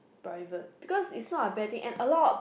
private because it's not a bad thing and a lot